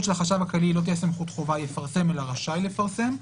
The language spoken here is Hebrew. של החשב הכללי לא תהיה סמכות חובה "יפרסם" אלא "רשאי לפרסם";